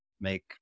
make